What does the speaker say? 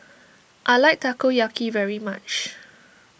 I like Takoyaki very much